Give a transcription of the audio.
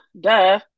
duh